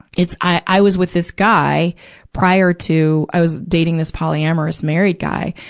it's, i, i was with this guy prior to, i was dating this polyamorous married guy.